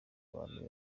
abantu